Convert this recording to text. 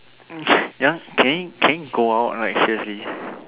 ya can you can you go out like seriously